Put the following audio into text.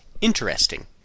interesting